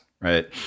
right